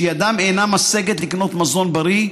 שידם אינה משגת לקנות מזון בריא,